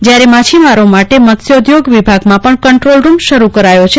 જયારે માછીમારો માટે મત્સ્યોદ્યોગ વિભાગમાં પણ કંટ્રોલરૂમ શરૂ કરાયો છે